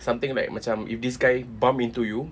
something like macam if this guy bump into you